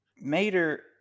Mater